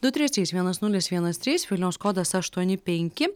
du trys trys vienas nulis vienas trys vilniaus kodas aštuoni penki